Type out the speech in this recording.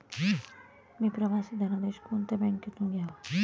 मी प्रवासी धनादेश कोणत्या बँकेतून घ्यावा?